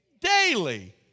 daily